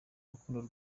rukundo